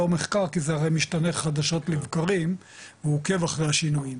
לא מחקר כי זה הרי משתנה חדשות לבקרים והוא עוקב אחרי השינויים.